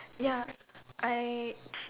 ya I